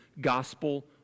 gospel